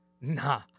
Nah